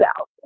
out